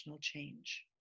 change